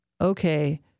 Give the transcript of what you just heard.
okay